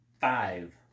five